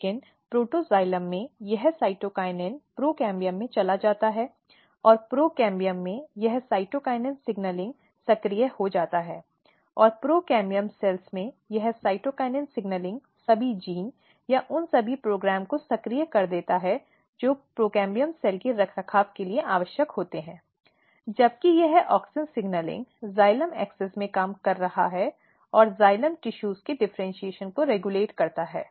लेकिन प्रोटोक्साइलीम में यह साइटोकिनिन प्रोकैम्बियम में चला जाता है और प्रोकैम्बियम में यह साइटोकिनिन सिगनलिंग सक्रिय हो जाता है और प्रोकैम्बियम सेल्स में यह साइटोकिनिन सिगनलिंग सभी जीन या उन सभी प्रोग्राम्स को सक्रिय कर देता है जो प्रोकैम्बियम सेल के रखरखाव के लिए आवश्यक होते हैं जबकि यह ऑक्सिन सिग्नलिंग जाइलम अक्ष में काम कर रहा है और जाइलम टिशूज के differentiation को रेगुलेट करता है